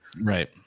right